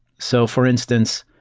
so for instance,